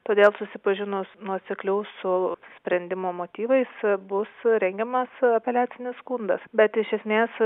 todėl susipažinus nuosekliau su sprendimo motyvais bus rengiamas apeliacinis skundas bet iš esmės